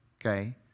okay